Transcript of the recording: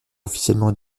officiellement